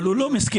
אבל הוא לא מסכן.